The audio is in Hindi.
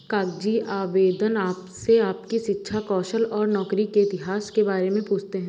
कागजी आवेदन आपसे आपकी शिक्षा, कौशल और नौकरी के इतिहास के बारे में पूछते है